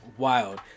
wild